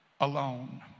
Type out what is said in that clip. alone